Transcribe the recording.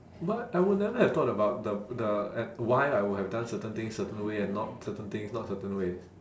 what I would never have thought about the the why I would have done certain things certain way and not certain things not certain ways